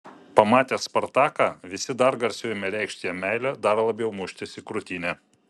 pamatę spartaką visi dar garsiau ėmė reikšti jam meilę dar labiau muštis į krūtinę